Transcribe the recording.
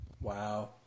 Wow